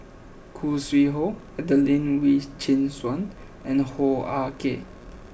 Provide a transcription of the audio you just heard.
Khoo Sui Hoe Adelene Wee Chin Suan and Hoo Ah Kay